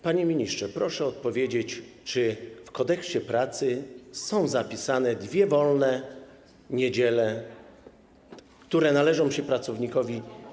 Panie ministrze, proszę odpowiedzieć, czy w Kodeksie pracy są zapisane dwie wolne niedziele, które należą się pracownikowi.